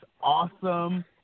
awesome